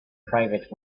private